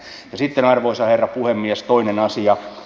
ja sitten arvoisa herra puhemies toinen asia